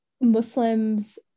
Muslims